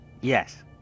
Yes